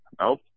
Nope